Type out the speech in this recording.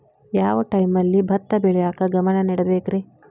ಯಾವ್ ಟೈಮಲ್ಲಿ ಭತ್ತ ಬೆಳಿಯಾಕ ಗಮನ ನೇಡಬೇಕ್ರೇ?